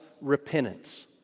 repentance